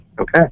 Okay